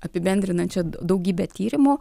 apibendrinančią daugybę tyrimų